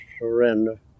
surrender